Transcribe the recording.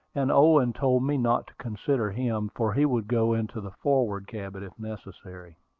and owen told me not to consider him, for he would go into the forward cabin if necessary.